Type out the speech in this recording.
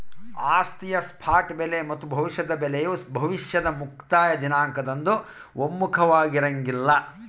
ಆಸ್ತಿಯ ಸ್ಪಾಟ್ ಬೆಲೆ ಮತ್ತು ಭವಿಷ್ಯದ ಬೆಲೆಯು ಭವಿಷ್ಯದ ಮುಕ್ತಾಯ ದಿನಾಂಕದಂದು ಒಮ್ಮುಖವಾಗಿರಂಗಿಲ್ಲ